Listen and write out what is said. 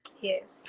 yes